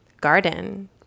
garden